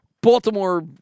Baltimore